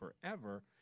forever